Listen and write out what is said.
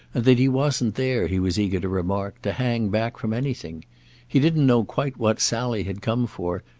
and that he wasn't there, he was eager to remark, to hang back from anything he didn't know quite what sally had come for,